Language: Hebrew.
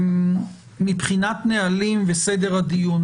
מבחינת נהלים וסדר הדיון.